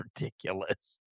ridiculous